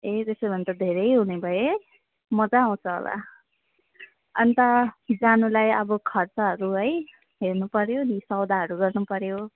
ए त्यसो भने त धेरै हुने भयो है मजा आउँछ होला अन्त जानुलाई अब खर्चहरू है हेर्नु पऱ्यो नि सौदाहरू गर्नु पऱ्यो